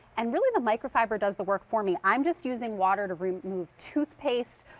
and really the microfiber does the work for me. i'm just using water to remove toothpaste,